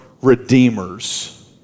redeemers